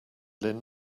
lynn